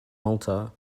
malta